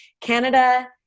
canada